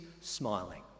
smiling